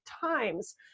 times